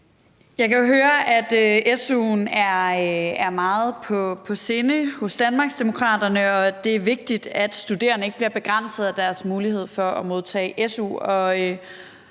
Jeg kan høre, at su'en ligger Danmarksdemokraterne meget på sinde, og at det er vigtigt, at studerende ikke bliver begrænset i deres mulighed for at modtage su.